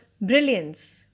brilliance